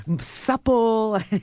supple